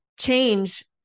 change